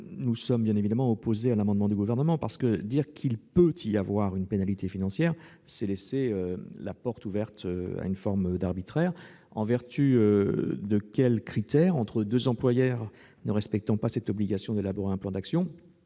Nous sommes donc bien évidemment opposés à l'amendement du Gouvernement. Dire qu'il « peut » y avoir une pénalité financière, c'est laisser la porte ouverte à une forme d'arbitraire. En vertu de quels critères, entre deux employeurs ne respectant pas l'obligation d'élaborer un plan d'action,